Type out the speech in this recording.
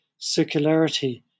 circularity